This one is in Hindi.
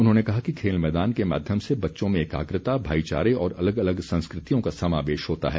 उन्होंने कहा कि खेल मैदान के माध्यम से बच्चों में एकाग्रता भाईचारे और अलग अलग संस्कृतियों का समावेश होता है